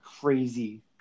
crazy